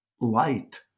light